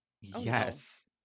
Yes